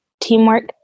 teamwork